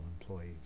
employees